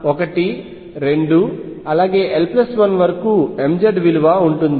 0 1 2 l1వరకు mZ విలువ ఉంటుంది